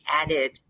added